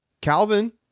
Calvin